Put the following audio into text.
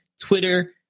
Twitter